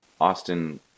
Austin